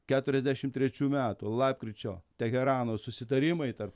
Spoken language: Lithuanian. keturiasdešim trečių metų lapkričio teherano susitarimai tarp